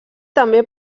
també